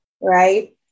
right